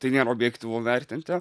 tai nėra objektyvu vertinti